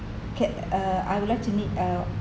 okay uh I would like to need uh